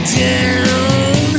down